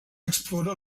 explora